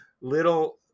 little